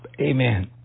Amen